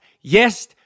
Yes